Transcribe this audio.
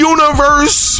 Universe